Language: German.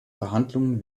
verhandlungen